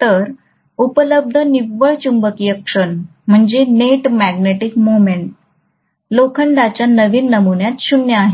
तर उपलब्ध निव्वळ चुंबकीय क्षण लोखंडाच्या नवीन नमुन्यात 0 आहे